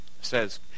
says